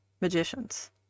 magicians